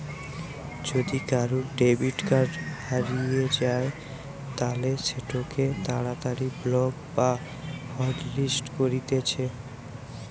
যদি কারুর debit card হারিয়ে যায় তালে সেটোকে তাড়াতাড়ি ব্লক বা হটলিস্ট করতিছে